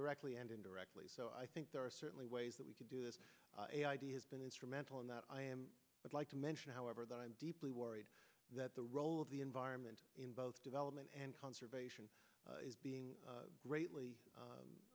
directly and indirectly so i think there are certainly ways that we can do this idea has been instrumental in that i am i'd like to mention however that i'm deeply worried that the role of the environment in both development and conservation is being greatly